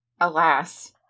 Alas